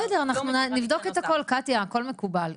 בסדר, אנחנו נבדוק את הכל, קטיה הכל מקובל.